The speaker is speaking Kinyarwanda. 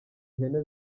ihene